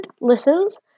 listens